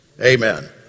Amen